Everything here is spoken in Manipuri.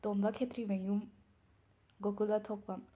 ꯇꯣꯝꯕ ꯈꯦꯇ꯭ꯔꯤꯃꯌꯨꯝ ꯒꯣꯀꯨꯜ ꯑꯊꯣꯛꯄꯝ